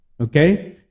okay